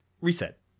Reset